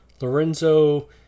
Lorenzo